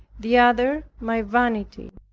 the other, my vanity.